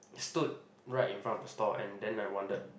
stood right in front of the store and then I wanted